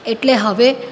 એટલે હવે